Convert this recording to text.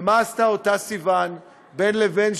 ומה עשתה אותה סיוון בין לבין,